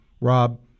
Rob